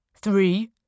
Three